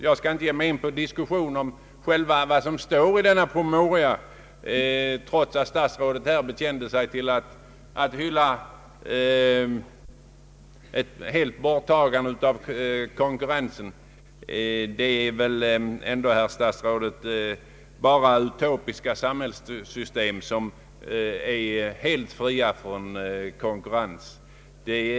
Jag skall inte här ge mig in på en diskussion om vad som står i promemorian, trots att statsrådet erkände att han hyllade principen om ett fullständigt avskaffande av konkurrensen. Det är väl ändå, herr statsråd, bara utopiska samhällssystem som är helt fria från konkurrens.